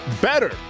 better